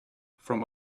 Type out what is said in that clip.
from